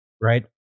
right